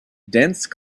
dense